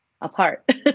apart